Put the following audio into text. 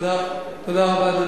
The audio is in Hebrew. תודה רבה.